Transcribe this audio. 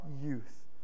youth